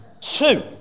Two